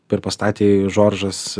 per pastatė jį žoržas